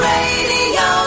Radio